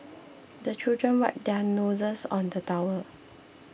the children wipe their noses on the towel